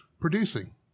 producing